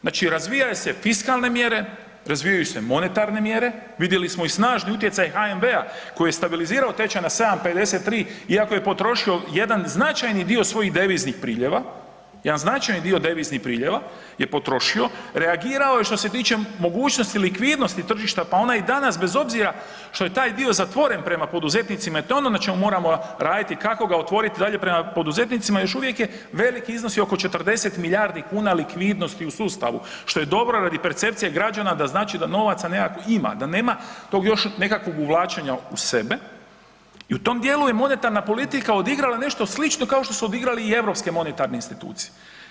Znači razvijaju se fiskalne mjere, razvijaju se monetarne mjere, vidjeli smo i snažni utjecaj HNB-a koji stabilizirao tečaj na 7,53 iako je potrošio jedan značajni dio svojih deviznih priljeva, jedan značajni dio deviznih priljeva je potrošio, reagirao je što se tiče mogućnosti likvidnosti tržišta pa ona je i danas bez obzira što je taj dio zatvoren prema poduzetnicima, to je ono na čemu moramo raditi kako ga otvoriti dalje prema poduzetnicima još uvijek je velik i iznosi oko 40 milijardi kuna u sustavu što je dobro radi percepcije građana da znači da novaca nekakvih ima, da nema tog još nekakvog uvlačenja u sebe i u tom dijelu je monetarna politika odigrala nešto slično kao što su odigrale europske monetarne institucije.